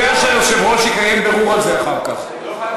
אני יודע שהיושב-ראש יקיים בירור על זה אחר כך.